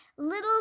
Little